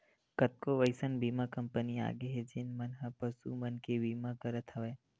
कतको अइसन बीमा कंपनी आगे हे जेन मन ह पसु मन के बीमा करत हवय